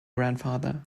grandfather